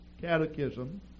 catechism